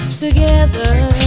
together